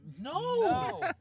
No